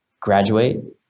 graduate